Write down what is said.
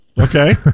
Okay